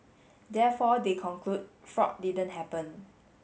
therefore they conclude fraud didn't happen